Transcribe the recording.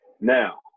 Now